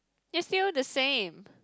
you're still the same